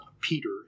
peter